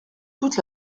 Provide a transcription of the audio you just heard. toute